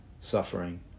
suffering